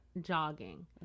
jogging